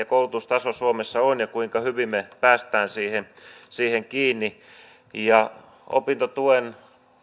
koulutustaso suomessa on ja kuinka hyvin me pääsemme siihen kiinni opintotuen